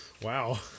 Wow